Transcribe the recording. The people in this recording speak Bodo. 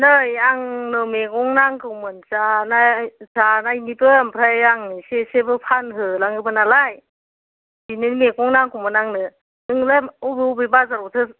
नै आंनो मेगं नांगौमोन जानाय जानायनिबो ओमफ्राय आं एसे एसेबो फानहो होलाङोबो नालाय बिनिनो मेगं नांगौमोन आंनो नोंलाय अबे अबे बाजारावथो